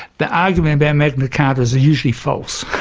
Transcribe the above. the argument about magna carta is usually false,